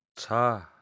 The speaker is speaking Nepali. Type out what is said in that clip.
छ